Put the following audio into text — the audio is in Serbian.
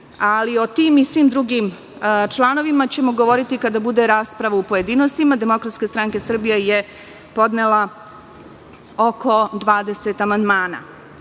O tim i svim drugim članovima ćemo govoriti kada bude rasprava u pojedinostima. Demokratska stranka Srbije je podnela oko 20 amandmana. Koliko